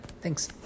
Thanks